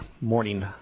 morning